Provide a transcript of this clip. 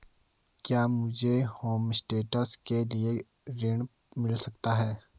क्या मुझे होमस्टे के लिए ऋण मिल सकता है?